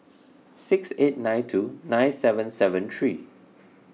six eight nine two nine seven seven three